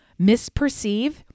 misperceive